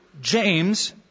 James